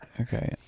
Okay